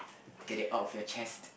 like get it out of your chest